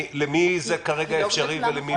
למי זה כרגע אפשרי ולמי לא?